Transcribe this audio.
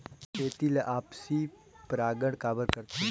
खेती ला आपसी परागण काबर करथे?